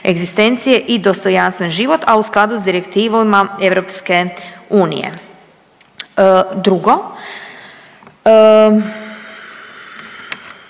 i dostojanstven život, a u skladu s direktivama EU. Drugo,